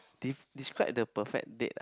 de~ describe the perfect date ah